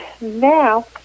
now